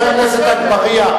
זה בסדר.